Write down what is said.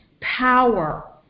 power